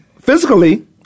physically